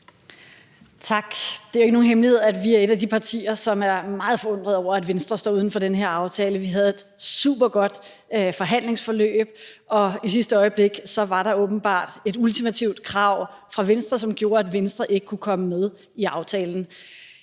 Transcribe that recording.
Tak. Det er jo ikke nogen hemmelighed, at vi er et af de partier, som er meget forundret over, at Venstre står uden for den her aftale. Vi havde et supergodt forhandlingsforløb, men i sidste øjeblik var der åbenbart et ultimativt krav fra Venstres side, som gjorde, at Venstre ikke kunne komme med i aftalen.